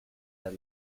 are